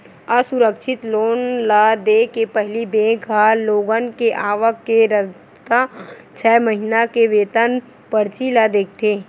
असुरक्छित लोन ल देय के पहिली बेंक ह लोगन के आवक के रस्ता, छै महिना के वेतन परची ल देखथे